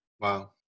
wow